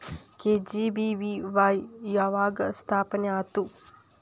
KGBVY ಯಾವಾಗ ಸ್ಥಾಪನೆ ಆತು?